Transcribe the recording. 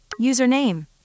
Username